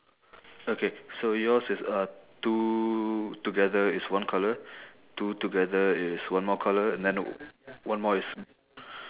okay so yours is uh two together is one colour two together is one more colour and then one more is